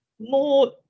more